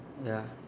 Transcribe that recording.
ya